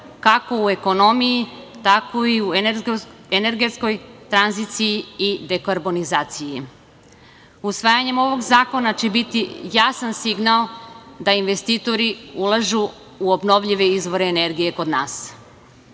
kako u ekonomiji, tako i u energetskoj tranziciji i dekarbonizaciji. Usvajanje ovog zakona će biti jasan signal da investitori ulažu u obnovljive izvore energije kod nas. Ovaj